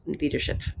leadership